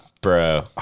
bro